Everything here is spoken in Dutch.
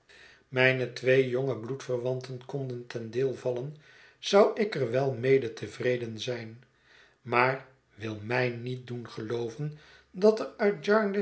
mijne twee jonge bloedverwanten konden ten deel vallen zou ik er wel mede tevreden zijn maar wil mij niet doen gelooven dat